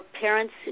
parents